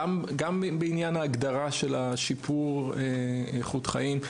גם בעניין ההגדרה של שיפור איכות החיים.